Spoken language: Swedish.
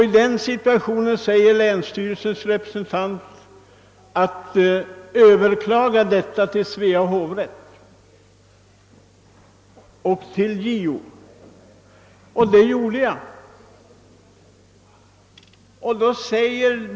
I denna situation säger länsstyrelsens representant att jag skall överklaga detta hos Svea hovrätt och hos JO, vilket jag också gjorde.